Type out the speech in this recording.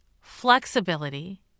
flexibility